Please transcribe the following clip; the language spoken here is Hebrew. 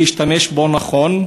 להשתמש בו נכון.